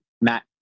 Matt